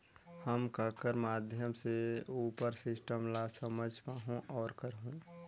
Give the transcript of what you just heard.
हम ककर माध्यम से उपर सिस्टम ला समझ पाहुं और करहूं?